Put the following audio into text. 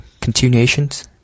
continuations